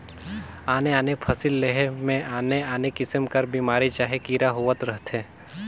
आने आने फसिल लेहे में आने आने किसिम कर बेमारी चहे कीरा होवत रहथें